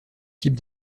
type